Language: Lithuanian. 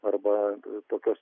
arba tokios